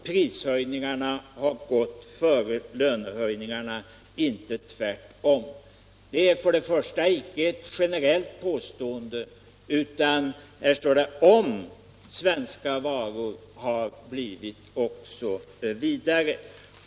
Prishöjningarna har gått före lönehöjningarna — inte tvärtom.” Det är icke ett generellt påstående, utan här står det ”om svenska varor blivit” osv.